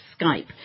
Skype